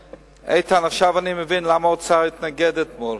איתן, עכשיו אני מבין למה האוצר התנגד אתמול.